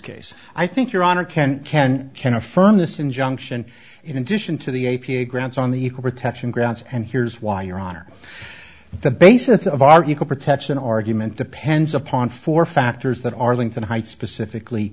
case i think your honor ken ken can affirm this injunction in addition to the a p a grants on the equal protection grounds and here's why your honor the basis of our equal protection argument depends upon four factors that arlington heights specifically